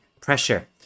pressure